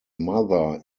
mother